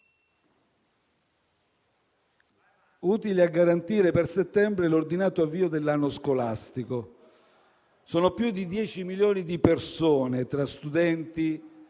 utili a garantire per settembre l'ordinato avvio dell'anno scolastico. *(Commenti).* Sono più di 10 milioni le persone, tra studenti,